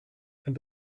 and